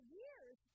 years